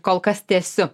kol kas tęsiu